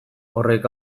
horrek